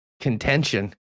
contention